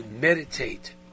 meditate